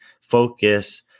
focus